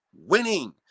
Winning